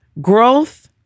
growth